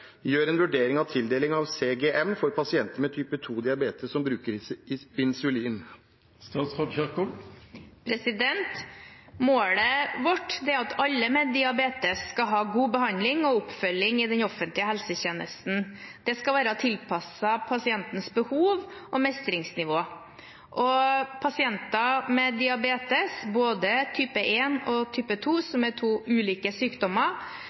gjør en vurdering av tildeling av CGM for pasienter med type 2-diabetes som bruker insulin?» Målet vårt er at alle med diabetes skal ha god behandling og oppfølging i den offentlige helsetjenesten. Det skal være tilpasset pasientens behov og mestringsnivå. Pasienter med diabetes, både de med type 1 og de med type 2, som er to ulike sykdommer,